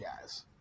guys